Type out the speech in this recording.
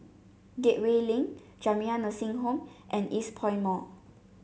Gateway Link Jamiyah Nursing Home and Eastpoint Mall